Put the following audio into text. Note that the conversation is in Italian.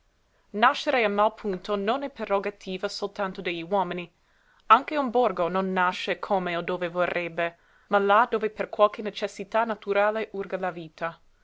in mal punto non è prerogativa soltanto degli uomini anche un borgo non nasce come o dove vorrebbe ma là dove per qualche necessità naturale urga la vita